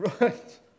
right